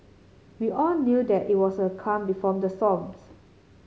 we all knew that it was a calm before the storms